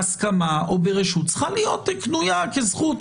בהסכמה או ברשות, היא צריכה להיות קנויה כזכות.